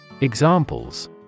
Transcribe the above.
Examples